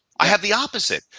i have the opposite.